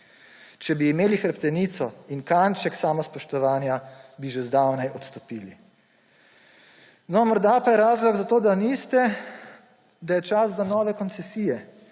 Če bi imeli hrbtenico in kanček samospoštovanja, bi že zdavnaj odstopili. No, morda pa je razlog za to, da niste, da je čas za nove koncesije